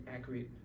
accurate